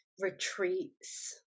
retreats